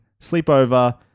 sleepover